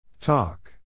Talk